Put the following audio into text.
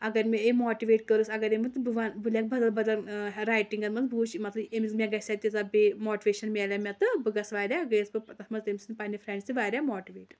اَگر مےٚ أمۍ ماٹِویٹ کٔرٕس اَگر أمۍ بہٕ وَنہٕ بہٕ لٮ۪کھٕ بَدل بَدل رایٹِنٛگَن منٛز بہٕ وٕچھ مطلب أمِس مےٚ گژھیٛا تیٖژاہ بیٚیہِ ماٹِویشَن میلیٛا مےٚ تہٕ بہٕ گژھِ واریاہ گٔیَس بہٕ پَتہٕ تَتھ منٛز تٔمۍ سٕنٛدۍ پنٛنہِ فرٛٮ۪نٛڈِ سۭتۍ واریاہ ماٹِویٹ